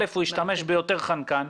הוא ישתמש ביותר ביותר חנקן,